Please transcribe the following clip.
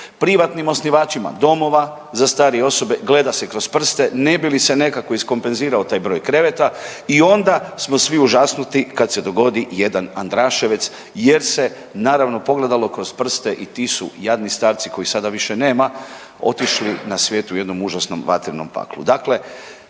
Privatnim osnivačima domova za starije osobe gleda se kroz prste ne bi li se nekako iskompenzirao taj broj kreveta i onda smo svi užasnuti kad se dogodi jedan Andraševec jer se naravno pogledalo kroz prste i ti su jadni starci kojih sada više nema otišli na svijet u jednom užasnom vatrenom paklu.